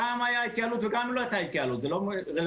גם אם הייתה התייעלות וגם אם לא הייתה התייעלות זה לא רלוונטי,